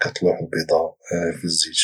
كتلوح البيضة في الزيت